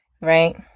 right